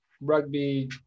rugby